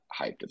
hyped